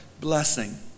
blessing